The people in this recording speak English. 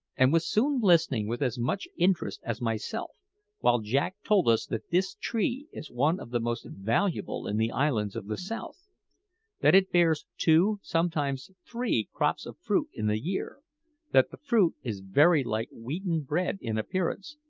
and was soon listening with as much interest as myself while jack told us that this tree is one of the most valuable in the islands of the south that it bears two, sometimes three, crops of fruit in the year that the fruit is very like wheaten bread in appearance,